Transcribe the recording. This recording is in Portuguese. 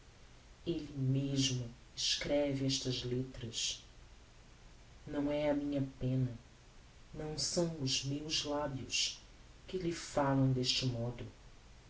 mesmo escreve estas letras não é a minha penna não são os meus labios que lhe falam deste modo